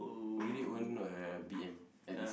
already own a B_M at least